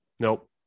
Nope